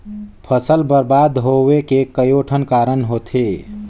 फसल बरबाद होवे के कयोठन कारण होथे